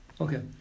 okay